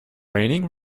raining